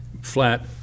flat